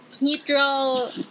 neutral